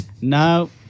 no